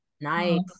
Nice